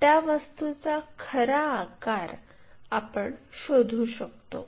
त्या वस्तूचा खरा आकार आपण शोधू शकतो